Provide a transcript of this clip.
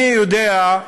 אני יודע,